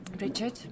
Richard